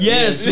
Yes